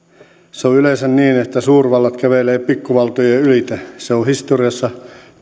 se on yleensä niin että suurvallat kävelevät pikkuvaltojen ylitse se on historiassa